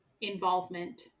involvement